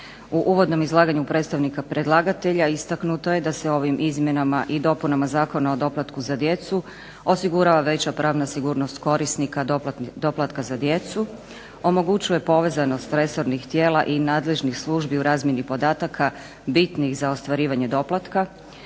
U uvodnom izlaganju predstavnika predlagatelja istaknuto je da se ovim izmjenama i dopunama Zakona o doplatku za djecu osigurava veća pravna sigurnost korisnika doplatka za djecu, omogućuje povezanost resornih tijela i nadležnih službi u razmjeni podataka bitnih za ostvarivanje doplatka,